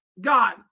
god